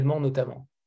notamment